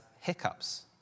hiccups